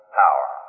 power